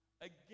again